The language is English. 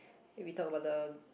we talk about the